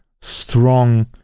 strong